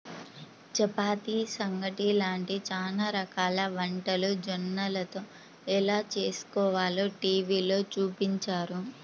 చపాతీ, సంగటి లాంటి చానా రకాల వంటలు జొన్నలతో ఎలా చేస్కోవాలో టీవీలో చూపించారు